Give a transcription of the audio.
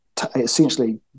Essentially